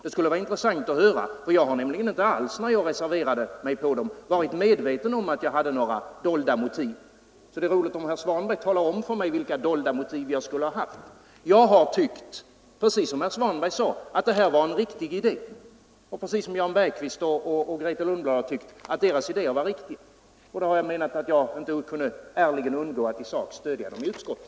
Det skulle vara intressant att höra, för jag har inte alls, när jag reserverade mig, varit medveten om att jag hade några dolda motiv. Det vore riktigt intressant om herr Svanberg ville tala om för mig vilka dolda motiv jag skulle ha haft. Jag har ansett — precis som herr Svanberg sade och precis som Jan Bergqvist och Grethe Lundblad har tyckt — att det här var en riktig idé, och då har jag menat att jag inte kunde underlåta att ärligen stödja den i utskottet